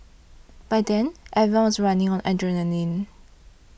by then everyone was running on adrenaline